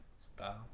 Style